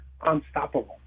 unstoppable